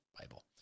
Bible